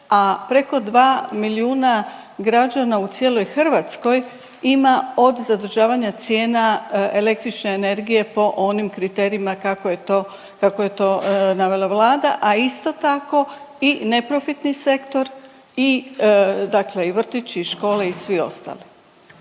a preko 2 milijuna građana u cijeloj Hrvatskoj ima od zadržavanja cijena električne energije po onim kriterijima kako je to, kako je to navela Vlada, a isto tako i neprofitni sektor i dakle i vrtići i škole i svi ostali.